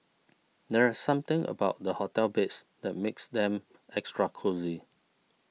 there is something about the hotel beds that makes them extra cosy